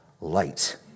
light